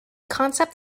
concept